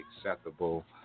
acceptable